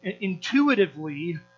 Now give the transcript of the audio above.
intuitively